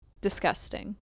Disgusting